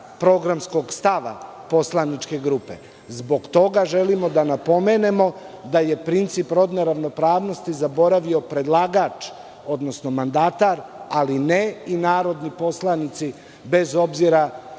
programskog stava poslaničke grupe. Zbog toga želimo da napomenemo da je princip rodne ravnopravnosti zaboravio predlagač, odnosno mandatar, ali ne i narodni poslanici, bez obzira